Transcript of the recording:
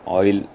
oil